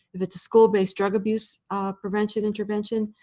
if it's a school-based drug abuse prevention intervention,